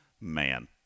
man